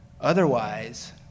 Otherwise